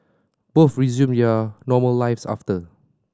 both resumed their normal lives after